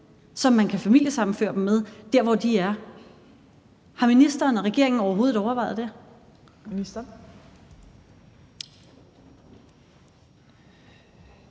som man kan familiesammenføre dem med, altså dér, hvor de er. Har ministeren og regeringen overhovedet overvejet det?